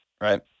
right